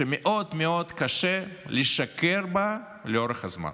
שמאוד מאוד קשה לשקר בה לאורך זמן.